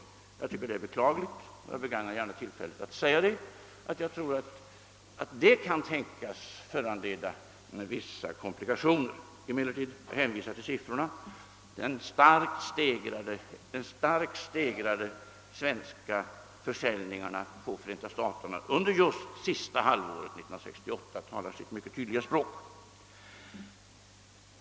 Jag tycker att detta är beklagligt och vill gärna begagna tillfället att säga att det kan tänkas föranleda vissa komplikationer. Jag ber emellertid att få hänvisa till de starkt stegrade siffrorna över de svenska försäljningarna på Förenta staterna just under det sista halvåret 1968, vilka talar sitt tydliga språk.